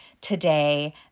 today